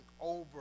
over